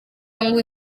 ngo